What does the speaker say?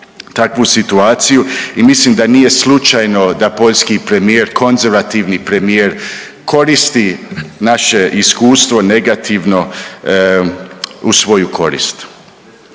takvu situaciju i mislim da nije slučajno da poljski premijer, konzervativni premijer koristi naše iskustvo negativno u svoju korist.